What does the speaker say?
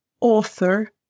author